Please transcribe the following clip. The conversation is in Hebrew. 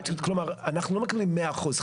כלומר אנחנו לא מקבלים מאה אחוז,